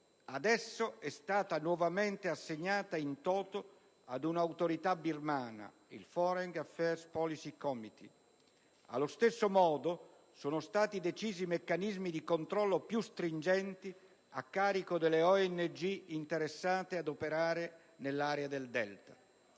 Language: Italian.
adesso è stata nuovamente assegnata *in toto* ad un'autorità birmana, il *Foreign Affairs Policy Committee*. Allo stesso modo sono stati decisi i meccanismi di controllo più stringenti a carico delle ONG interessate ad operare nell'area del delta.